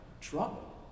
trouble